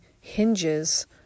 hinges